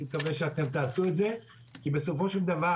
אני מקווה שאתם תעשו את זה כי בסופו של דבר,